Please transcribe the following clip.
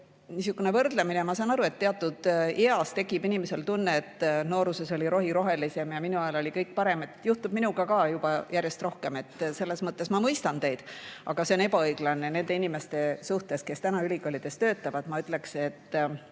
Niisugune võrdlemine – ma saan aru, et teatud eas tekib inimesel tunne, et nooruses oli rohi rohelisem ja minu ajal oli kõik parem, seda juhtub minuga ka juba järjest rohkem. Selles mõttes ma mõistan teid. Aga see on ebaõiglane nende inimeste suhtes, kes täna ülikoolides töötavad. Ma ütleksin, et